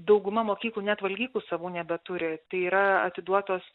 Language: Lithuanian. dauguma mokyklų net valgyklų savų nebeturi tai yra atiduotos